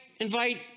invite